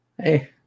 Hey